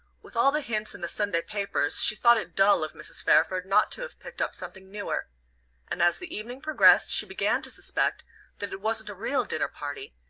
with all the hints in the sunday papers, she thought it dull of mrs. fairford not to have picked up something newer and as the evening progressed she began to suspect that it wasn't a real dinner party,